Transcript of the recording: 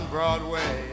Broadway